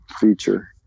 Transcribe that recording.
feature